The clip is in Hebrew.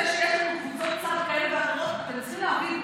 זה שיש לנו קבוצות כאלה ואחרות, תנסו להבין.